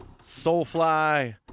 Soulfly